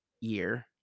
Year